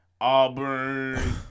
Auburn